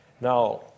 Now